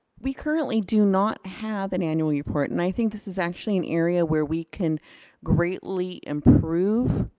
we currently do not have an annual report. and i think this is actually an area where we can greatly improve,